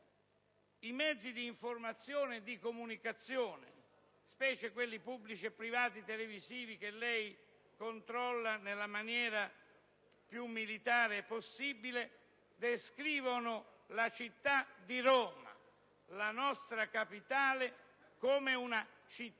I mezzi di informazione e di comunicazione, specie quelli pubblici e privati televisivi, che lei controlla nella maniera più militare possibile, descrivono la città di Roma, la nostra capitale, come una città